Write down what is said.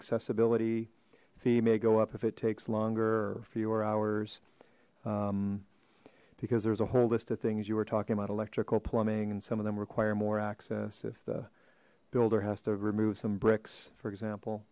accessibility femaie go up if it takes longer or fewer hours because there's a whole list of things you were talking about electrical plumbing and some of them require more access if the builder has to remove some bricks for example